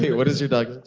what is your dog's